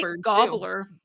gobbler